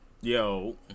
Yo